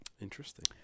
Interesting